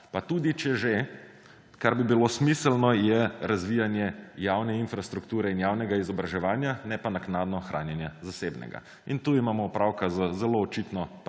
Pa tudi če že, smiselno bi bilo razvijanje javne infrastrukture in javnega izobraževanja, ne pa naknadno hranjenja zasebnega. In tu imamo opravka z zelo očitno